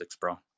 bro